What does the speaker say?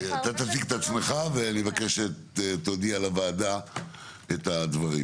תציג את עצמך, ואני מבקש שתודיע לוועדה את הדברים.